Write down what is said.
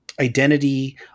identity